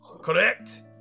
Correct